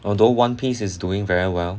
although one piece is doing very well